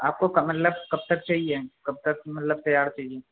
آپ کو مطلب کب تک چاہیے کب تک مطلب تیار چاہیے